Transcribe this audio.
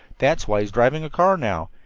that's why he's driving a car now.